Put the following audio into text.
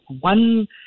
one